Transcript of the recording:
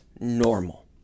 normal